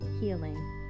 healing